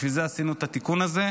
בשביל זה עשינו את התיקון הזה.